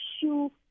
shoe